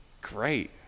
Great